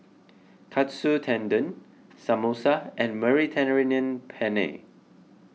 Katsu Tendon Samosa and Mediterranean Penne